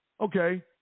Okay